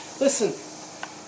Listen